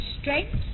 strength